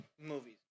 movies